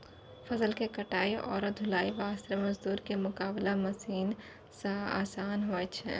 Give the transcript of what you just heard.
फसल के कटाई आरो ढुलाई वास्त मजदूर के मुकाबला मॅ मशीन आसान होय छै